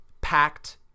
packed